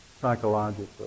psychologically